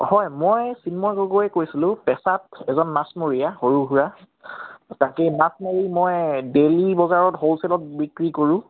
হয় মই চিন্ময় গগৈয়ে কৈছিলোঁ পেছাত এজন মাছমৰীয়া সৰু সুৰা তাকেই মাছ মাৰি মই ডেইলি বজাৰত হোলছেলত বিক্ৰী কৰোঁ